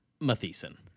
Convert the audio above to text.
Matheson